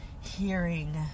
hearing